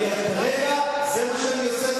זה מה שאני עושה,